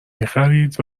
میخرید